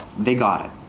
they got it.